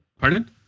Pardon